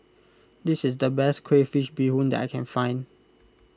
this is the best Crayfish BeeHoon that I can find